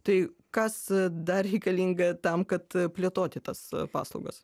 tai kas dar reikalinga tam kad plėtoti tas paslaugas